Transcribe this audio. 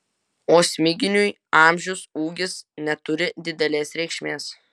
o smiginiui amžius ūgis neturi didelės reikšmės